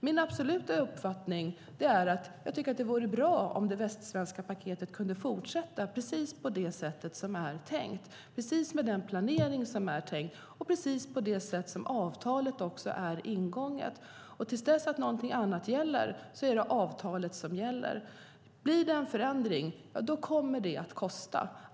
Min absoluta uppfattning är att det vore bra om det västsvenska paketet kunde fortsätta precis så som det är tänkt, med den planering som är tänkt och på det sätt som avtalet är ingånget. Till dess att någonting annat beslutas är det avtalet som gäller. Blir det en förändring kommer det att kosta.